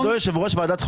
כבוד יושב-ראש הוועדה,